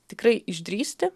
tikrai išdrįsti